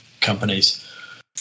companies